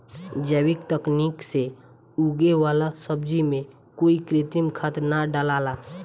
जैविक तकनीक से उगे वाला सब्जी में कोई कृत्रिम खाद ना डलाला